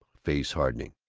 face hardening.